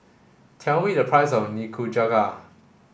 tell me the price of Nikujaga